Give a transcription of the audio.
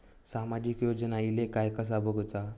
सामाजिक योजना इले काय कसा बघुचा?